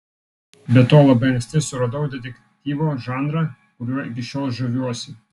be to labai anksti suradau detektyvo žanrą kuriuo iki šiol žaviuosi